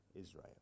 Israel